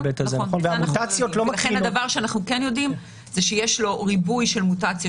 דבר שאנחנו כן יודעים זה שיש לו ריבוי של מוטציות